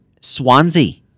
Swansea